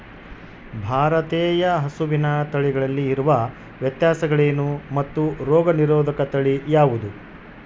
ಭಾರತೇಯ ಹಸುವಿನ ತಳಿಗಳಲ್ಲಿ ಇರುವ ವ್ಯತ್ಯಾಸಗಳೇನು ಮತ್ತು ರೋಗನಿರೋಧಕ ತಳಿ ಯಾವುದು?